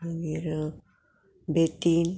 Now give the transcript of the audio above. मागीर बेती